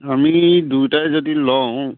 আমি দুটাই যদি লওঁ